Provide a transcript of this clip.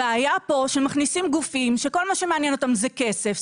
הבעיה פה שמכניסים גופים שכל מה שמעניין אותם זה כסף,